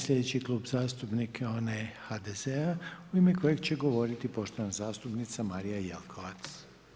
Sljedeći Klub zastupnika je onaj HDZ-a u ime kojega će govoriti poštovana zastupnica Marija Jelkovac.